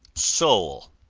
soul,